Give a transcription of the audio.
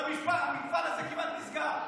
והמפעל הזה כמעט נסגר.